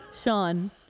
sean